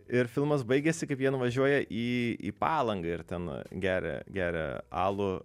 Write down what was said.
ir filmas baigėsi kaip jie nuvažiuoja į į palangą ir ten geria geria alų